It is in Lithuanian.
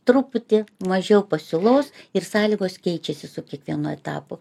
truputį mažiau pasiūlos ir sąlygos keičiasi su kiekvienu etapu